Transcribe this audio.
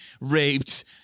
raped